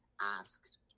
asked